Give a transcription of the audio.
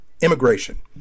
immigration